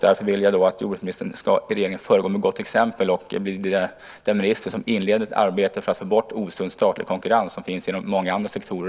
Därför vill jag att jordbruksministern ska föregå med gott exempel och bli den minister som inleder ett arbete för att få bort osund statlig konkurrens, som finns också inom många andra sektorer.